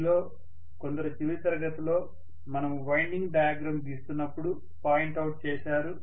మీలో కొందరు చివరి తరగతిలో మనము వైండింగ్ డయాగ్రమ్ గీస్తున్నప్పుడు పాయింట్ అవుట్ చేశారు